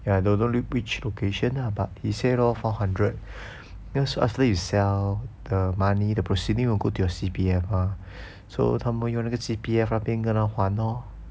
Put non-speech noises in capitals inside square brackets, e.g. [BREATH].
ya I don't know lu~ which location lah but he say lor four hundred [BREATH] ya so after you sell the money the proceeding will go to your C_P_F mah so 他们用那个 C_P_F 那边跟他还 lor